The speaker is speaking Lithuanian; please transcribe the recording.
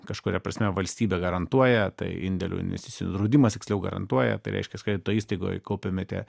kažkuria prasme valstybė garantuoja tai indėlių investicijų draudimas tiksliau garantuoja tai reiškias kredito įstaigoje kaupiamiate